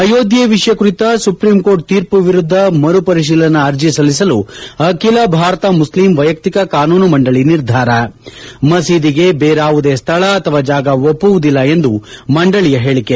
ಅಯೋಧ್ಯೆ ವಿಷಯ ಕುರಿತ supreme court ತೀರ್ಮ ವಿರುದ್ದ ಮರು ಪರಿಶೀಲನಾ ಅರ್ಜಿ ಸಲ್ಲಿಸಲು ಅಖಿಲ ಭಾರತ ಮುಸ್ಲಿಂ ವ್ಲೆಯಕ್ತಿಕ ಕಾನೂನು ಮಂಡಳಿ ನಿರ್ಧಾರ ಮಸೀದಿಗೆ ಬೇರಾವುದೇ ಸ್ವಳ ಅಥವಾ ಜಾಗ ಒಪ್ಪುವುದಿಲ್ಲ ಎಂದು ಮಂಡಳಿಯ ಹೇಳಿಕೆ